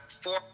four